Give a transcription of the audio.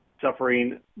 suffering